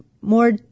more